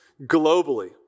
globally